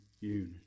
unity